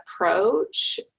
approach